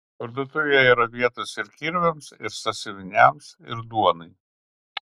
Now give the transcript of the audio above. parduotuvėje yra vietos ir kirviams ir sąsiuviniams ir duonai